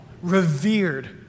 revered